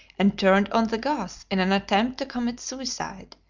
and turned on the gas in an attempt to commit suicide,